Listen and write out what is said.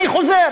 אני חוזר